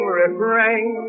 refrain